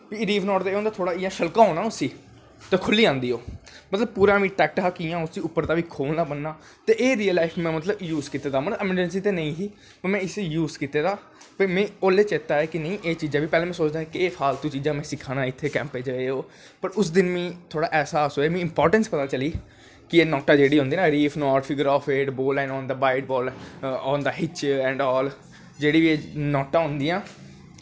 reef knot दी होंदा इयां शड़का हा दी नी उसी ते खुल्ली जांदी ओह् मतलव पूरा ओहेदा टैक्ट हा कियां उसी ब'न्नां ते एह् जेहा मतलव में यूज़ कीते जा मतलव अरजैंसी ते नेंई ही पर में इसी जूज़ कीते दा ते में उसलै चेत्ता आया कि एह् चीज़ां बी में पैह्लैं सोचदा हा कि एह् चीज़ां फालतू चीज़ां में सिक्कां नां एह् ओह् ते उस दिन में थोह्ड़ा ऐह्सास होयां में थोह्ड़ी इंपार्टैंस होई कि एहं नोटा जेह्ड़ी होंदी ना रीफ राफ बोलैंड़ फीगर एट आन दा हिच्च ऐंड़ आल जेह्ड़ी बी एह् नाटां होंदियां